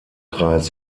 kreis